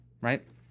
right